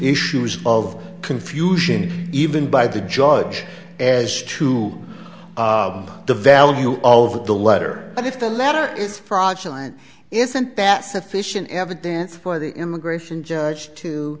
issues of confusion even by the judge as to the value of the letter but if the letter is fraudulent isn't that sufficient evidence for the immigration judge to